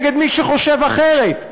נגד מי שחושב אחרת,